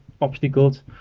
obstacles